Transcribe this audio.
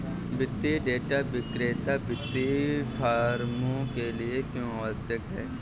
वित्तीय डेटा विक्रेता वित्तीय फर्मों के लिए क्यों आवश्यक है?